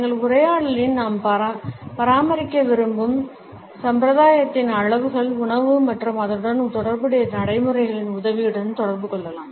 எங்கள் உரையாடலில் நாம் பராமரிக்க விரும்பும் சம்பிரதாயத்தின் அளவுகள் உணவு மற்றும் அதனுடன் தொடர்புடைய நடைமுறைகளின் உதவியுடன் தொடர்பு கொள்ளலாம்